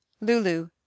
Lulu